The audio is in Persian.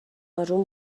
آروم